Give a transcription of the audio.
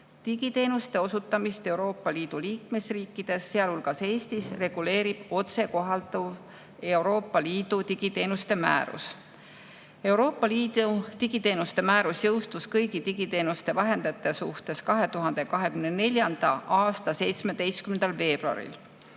Digiteenuste osutamist Euroopa Liidu liikmesriikides, sealhulgas Eestis, reguleerib otsekohalduv Euroopa Liidu digiteenuste määrus. Euroopa Liidu digiteenuste määrus jõustus kõigi digiteenuste vahendajate suhtes 2024. aasta 17. veebruaril.